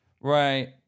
Right